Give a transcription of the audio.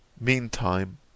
Meantime